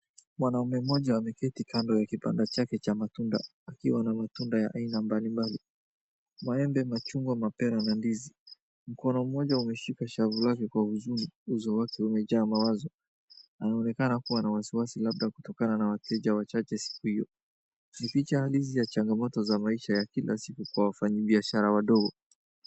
Mwanaume mmoja ameketi kando ya kibanda chake cha matunda akiwa na matunda ya aina mbalimbali, maembe, machungwa, mapera na ndizi. Mkono mmoja umeshika shavu lake kwa huzuni. Uso wake umejaa mawazo. Anaonekana kuwa na wasiwasi labda kutokana na wateja wachache siku hiyo. Ni picha halisi ya changamoto za maisha ya kila siku kwa wafanyibiashara wadogo.